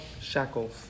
Shackles